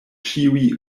ĉiuj